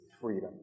freedom